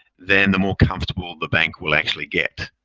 then the more comfortable the bank will actually get.